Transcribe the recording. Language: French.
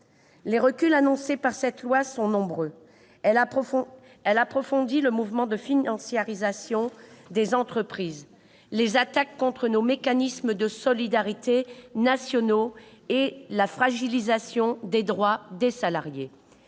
Les reculs annoncés par cette loi sont nombreux : approfondissement du mouvement de financiarisation des entreprises, attaques contre nos mécanismes nationaux de solidarité et fragilisation des droits des salariés.